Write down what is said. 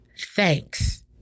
thanks